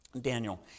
Daniel